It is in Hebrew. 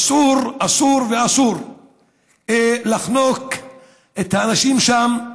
אסור ואסור ואסור לחנוק את האנשים שם,